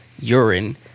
urine